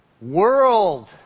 world